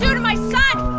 to to my son?